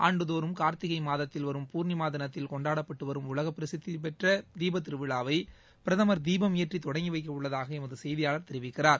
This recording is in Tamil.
ஆண்டுதோறும் கார்த்திகை மாதத்தில் வரும் பூர்ணிமா தினத்தில் கொண்டாடப்பட்டு வரும் உலக பிரசித்தி பெற்ற தீபத்திருவிழாவை பிரதமர் தீபம் ஏற்றி தொடங்கி வைக்க உள்ளதாக எமது செய்தியாளர் தெரிவிக்கிறார்